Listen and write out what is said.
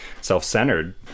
self-centered